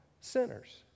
sinners